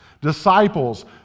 disciples